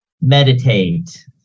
meditate